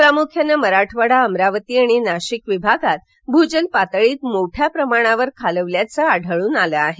प्रामुख्यानं मराठवाडा अमरावती आणि नाशिक विभागात भूजल पातळीत मोठ्या प्रमाणावर खालावल्याचं आढळून आलं आहे